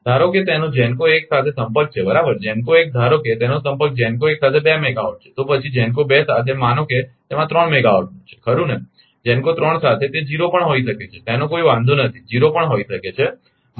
ધારો કે તેનો GENCO 1 સાથે સંપર્ક છે બરાબર GENCO 1 ધારો કે તેનો સંપર્ક GENCO 1 સાથે 2 મેગાવાટ છે તો પછી GENCO 2 સાથે માનો કે તેમાં 3 મેગાવોટનો છે ખરુ ને GENCO 3 સાથે તે 0 પણ હોઈ શકે છે તેનો કોઇ વાંધો નથી 0 પણ હોઈ શકે છે